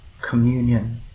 communion